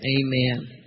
amen